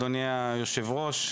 אדוני היושב-ראש,